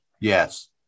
Yes